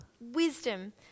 wisdom